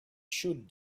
should